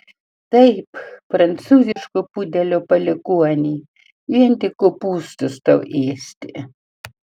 taip prancūziško pudelio palikuoni vien tik kopūstus tau ėsti